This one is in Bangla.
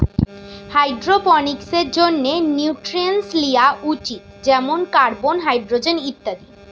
হাইড্রোপনিক্সের জন্যে নিউট্রিয়েন্টস লিয়া উচিত যেমন কার্বন, হাইড্রোজেন ইত্যাদি